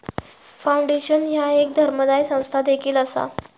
foundation ह्या एक धर्मादाय संस्था देखील असा